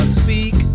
speak